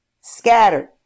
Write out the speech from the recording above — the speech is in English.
Scattered